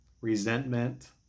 resentment